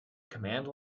command